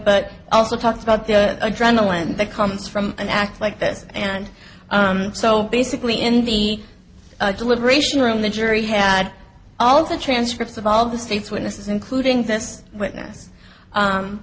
but also talked about the adrenaline that comes from an act like this and so basically in the deliberation room the jury had all the transcripts of all the state's witnesses including this witness